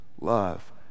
Love